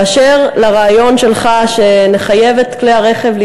אשר לרעיון שלך שנחייב להתקין בכלי הרכב את